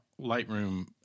Lightroom